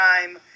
time